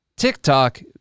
TikTok